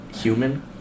human